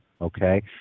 okay